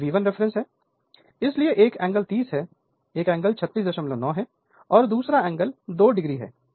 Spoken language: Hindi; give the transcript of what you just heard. यह V1 रेफरेंस है इसलिए एक एंगल 30 है यह एंगल 369 o है और दूसरा एंगल 2o है